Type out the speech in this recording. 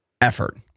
effort